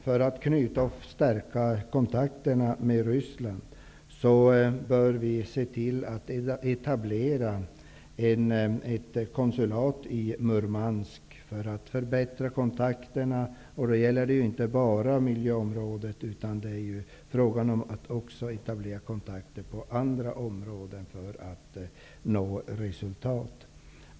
För att knyta och stärka kontakter med Ryssland bör vi se till att etablera ett konsulat i Murmansk. Det gäller att förbättra kontakterna inte bara på miljöområdet. Det är också fråga om att etablera kontakter på andra områden för att nå resultat.